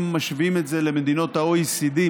אם משווים את זה למדינות ה-OECD,